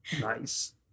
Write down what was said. Nice